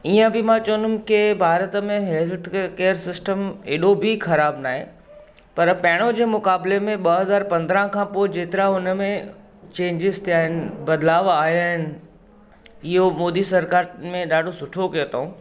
ईअं बि मां चवंदमि की भारत में हेल्थ केअर सिस्टम एॾो बि खराब न आहे पर पहिरियों जे मुक़ाबले में ॿ हज़ार पंद्रहं खां पोइ जेतिरा हुनमें चेंजिस थिया आहिनि बदलाव आया आहिनि इहो मोदी सरकार में ॾाढो सुठो कयो अथऊं